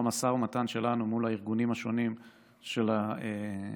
במשא ומתן שלנו מול הארגונים השונים של החקלאים.